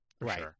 right